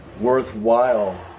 worthwhile